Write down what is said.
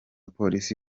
polisi